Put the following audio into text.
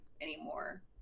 anymore